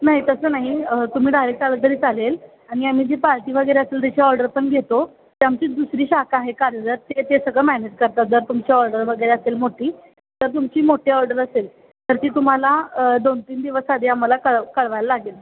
नाही तसं नाही तुम्ही ही डायरेक्ट आलं तरी चालेल आणि आम्ही जी पार्टी वगैरे असेल त्याची ऑर्डर पण घेतो ते आमची दुसरी शाखा आहे कार्यदर ते ते सगळं मॅनेज करतात जर तुमची ऑर्डर वगैरे असेल मोठी तर तुमची मोठी ऑर्डर असेल तर ती तुम्हाला दोन तीन दिवस आधी आम्हाला कळ कळवायला लागेल